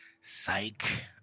psych